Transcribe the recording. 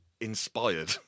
inspired